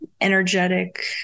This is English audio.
energetic